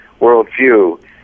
worldview